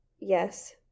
Yes